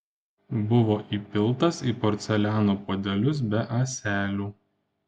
buvo įpiltas į porceliano puodelius be ąselių